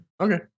Okay